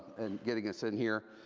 and getting us in here,